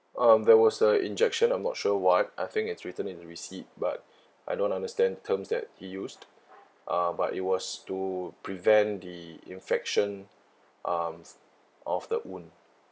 um there was a injection I'm not sure why I think it's written in the receipt but I don't understand terms that he used uh but it was to prevent the infection um of the wound